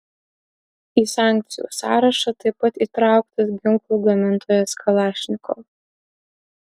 į sankcijų sąrašą taip pat įtrauktas ginklų gamintojas kalašnikov